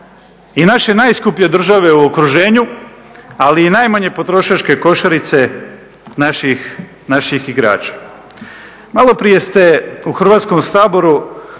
Hrvatskom saboru